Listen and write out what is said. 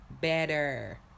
better